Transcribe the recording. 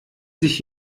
sich